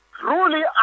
truly